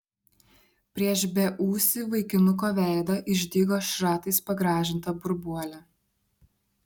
prieš beūsį vaikinuko veidą išdygo šratais pagrąžinta burbuolė